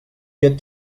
get